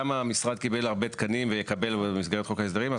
המשרד קיבל הרבה תקנים ויקבל גם במסגרת חוק ההסדרים.